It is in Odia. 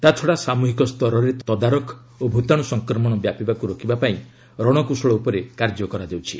ତାଛଡ଼ା ସାମୁହିକ ସ୍ତରରେ ତଦାରଖ ଓ ଭୂତାଣୁ ସଂକ୍ରମଣ ବ୍ୟାପିବାକୁ ରୋକିବା ପାଇଁ ରଣକୌଶଳ ଉପରେ କାର୍ଯ୍ୟ କରାଯାଉଛି